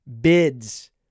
bids